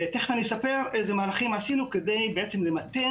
ותיכף אני אספר איזה מהלכים עשינו כדי בעצם למתן